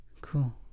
Cool